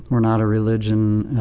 we're not a religion.